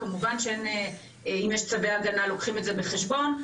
וכמובן שאם יש צווי הגנה אז לוקחים את זה בחשבון.